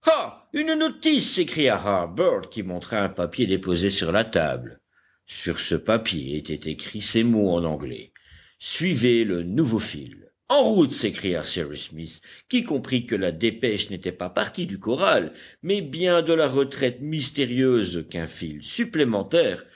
une notice s'écria harbert qui montra un papier déposé sur la table sur ce papier étaient écrits ces mots en anglais suivez le nouveau fil en route s'écria cyrus smith qui comprit que la dépêche n'était pas partie du corral mais bien de la retraite mystérieuse qu'un fil supplémentaire